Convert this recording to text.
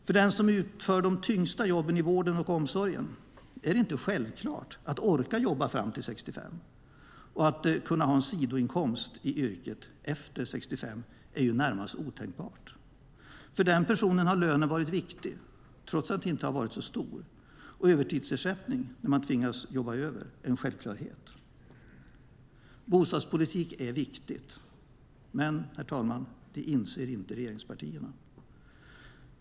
För den som utför de tyngsta jobben i vården och omsorgen är det inte självklart att orka jobba fram till 65, och att kunna ha en sidoinkomst i yrket efter 65 är närmast otänkbart. För den personen har lönen varit viktig trots att den inte har varit så stor och övertidsersättning när man tvingats jobba över en självklarhet. Bostadspolitik är viktigt. Men, herr talman, det inser inte regeringspartierna.